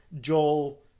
Joel